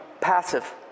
passive